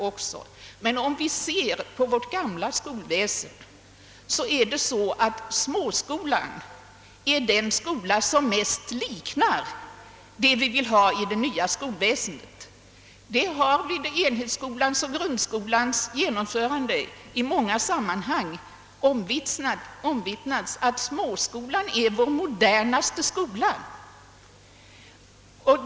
Om vi tänker på vårt gamla skolväsen är emellertid småskolan den skola som mest liknar vad vi vill ha i det nya skolväsendet. Det har vid enhetsskolans och grundskolans genomförande i många sammanhang omvittnats att småskolan är vår modernaste skola.